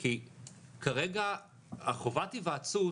כי כרגע חובת היוועצות,